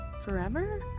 forever